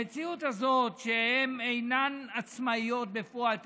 המציאות הזאת היא שהן אינן עצמאיות בפועל,